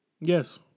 Yes